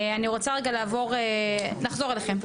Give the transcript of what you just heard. נחזור אליכם.